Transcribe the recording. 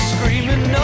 Screaming